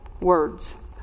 Words